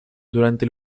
durante